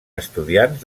estudiants